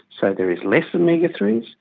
so there is less omega three s.